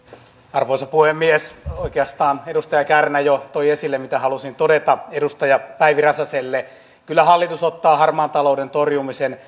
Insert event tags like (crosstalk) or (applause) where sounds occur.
arvoisa puhemies oikeastaan edustaja kärnä jo toi esille mitä halusin todeta edustaja päivi räsäselle kyllä hallitus ottaa harmaan talouden torjumisen (unintelligible)